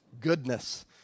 goodness